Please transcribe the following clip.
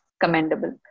commendable